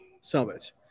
summit